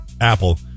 Apple